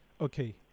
Okay